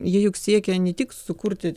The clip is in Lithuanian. jie juk siekia ne tik sukurti